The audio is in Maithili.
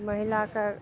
महिलाके